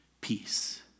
Peace